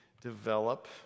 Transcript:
develop